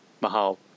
Mahal